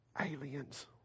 aliens